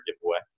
giveaway